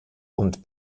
und